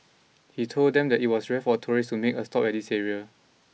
he told them that it was rare for tourists to make a stop at this area